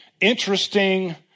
interesting